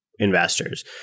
Investors